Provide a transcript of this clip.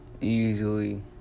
easily